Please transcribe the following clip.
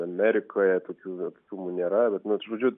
amerikoje tokių atstumų nėra bet na žodžiu